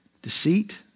Deceit